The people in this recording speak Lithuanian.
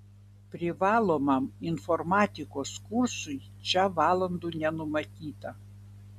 privalomam informatikos kursui čia valandų nenumatyta